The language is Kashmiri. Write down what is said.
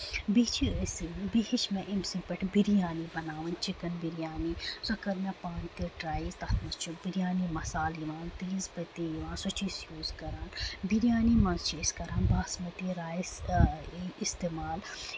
بیٚیہِ چھِ أسۍ بیٚیہِ ہٮ۪چھۍ مےٚ أمۍ سٕندۍ نِش بِریانی بَناوٕنۍ چِکن بِریانی سۄ کٔر مےٚ پانہٕ تہِ ٹراے تَتھ منٛز چھُ بِریانی مَصالہٕ یِوان تیز پٔتی یِوان سۄ چھِ أسۍ یوٗز کران بِریانی منٛز چھِ أسۍ کران باسمٔتی رایِس اِستعمال